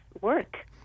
work